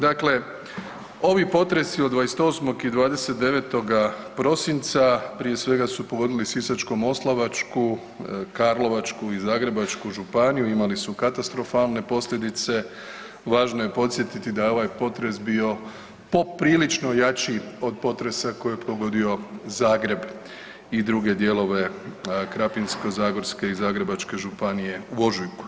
Dakle, ovi potresi od 28. i 29. prosinca prije svega su pogodili Sisačko-moslavačku, Karlovačku i Zagrebačku županiju, imali su katastrofalne posljedice, važno je podsjetiti da je ovaj potres bio poprilično jači koji je pogodio Zagreb i druge dijelove Krapinsko-zagorske i Zagrebačke županije u ožujku.